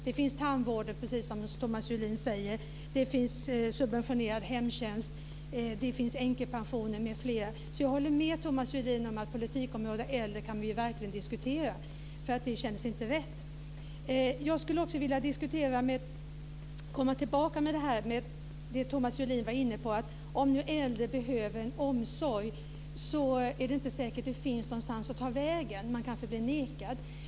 Vidare finns problemet med tandvården, precis som Thomas Julin säger. Andra frågor är subventionerad hemtjänst, änkepensioner m.fl. Jag håller med Thomas Julin om att vi verkligen kan diskutera ett politikområde när det gäller äldre, för som det är nu känns det inte rätt. Jag skulle också vilja komma tillbaka det som Thomas Julin var inne på, att om de äldre behöver omsorg är det inte säkert att det finns någonstans att ta vägen. De kanske blir nekade.